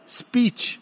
speech